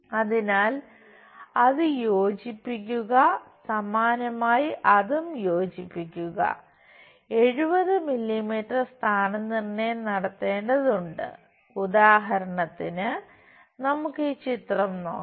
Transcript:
അതിനാൽ അത് യോജിപ്പിക്കുക സമാനമായി അതും യോജിപ്പിക്കുക 70 മില്ലീമീറ്ററിൽ നമ്മൾ സ്ഥാനനിർണ്ണയം നടത്തേണ്ടതുണ്ട് ഉദാഹരണത്തിന് നമുക്ക് ഈ ചിത്രം നോക്കാം